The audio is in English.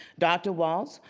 dr. walts,